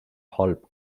halb